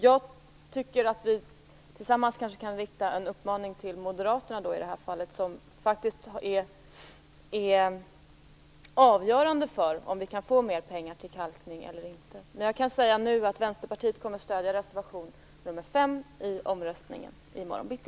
Jag tycker att vi tillsammans kan rikta en uppmaning till Moderaterna, som faktiskt är avgörande för om det kan bli mer pengar till kalkning eller inte. Men jag kan nu säga att Vänsterpartiet kommer att stödja reservation nr 5 i omröstningen i morgon bitti.